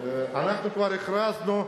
אנחנו כבר הכרזנו,